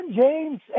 James